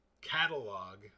catalog